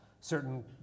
certain